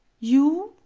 you?